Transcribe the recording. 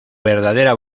verdadera